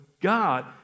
God